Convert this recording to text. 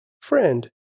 Friend